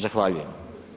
Zahvaljujem.